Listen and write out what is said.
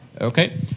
Okay